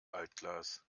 altglas